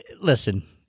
listen